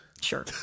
Sure